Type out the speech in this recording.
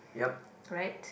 right